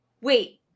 wait